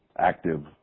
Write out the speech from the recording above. active